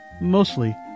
Mostly